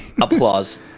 applause